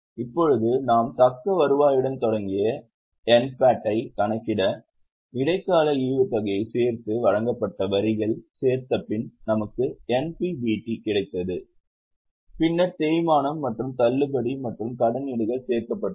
இப்போது நாம் தக்க வருவாயுடன் தொடங்கிய NPAT ஐக் கணக்கிட இடைக்கால ஈவுத்தொகையைச் சேர்த்து வழங்கப்பட்ட வரிகளைச் சேர்த்தபின் நமக்கு NPBT கிடைத்தது பின்னர் தேய்மானம் மற்றும் தள்ளுபடி மற்றும் கடனீடுகள் சேர்க்கப்பட்டன